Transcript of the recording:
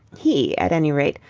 he, at any rate,